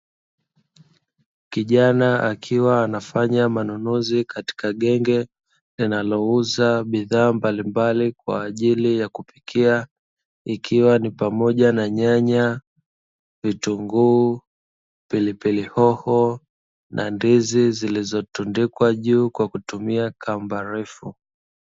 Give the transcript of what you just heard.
Kijana akiwa anafanya manunuzi katika genge linalouza bidhaa mbalimbali kwa ajili ya kupikia ikiwa ni pamoja na nyanya, vitunguu, pilipili hoho na ndizi zilizotundikwa juu kwa kutumia kamba refu.